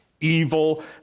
evil